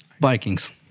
Vikings